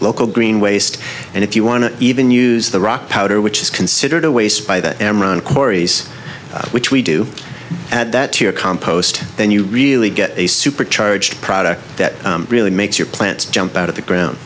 local green waste and if you want to even use the rock powder which is considered a waste by the emraan quarries which we do add that to your compost then you really get a supercharged product that really makes your plants jump out of the ground